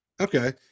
Okay